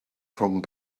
rhwng